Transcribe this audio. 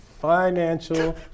financial